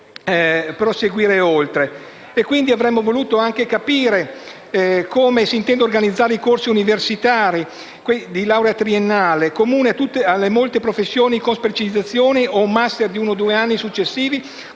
oltre. Avremmo voluto capire come intendete organizzare i corsi universitari di laurea triennale, comuni alle molte professioni con specializzazione con un *master* di uno o due anni successivi